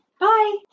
Bye